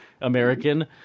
American